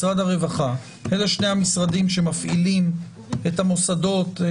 משרד הרווחה אלה שני המשרדים שמפעילים את המוסדות.